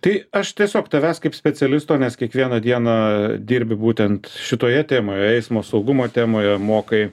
tai aš tiesiog tavęs kaip specialisto nes kiekvieną dieną dirbi būtent šitoje temoje eismo saugumo temoje mokai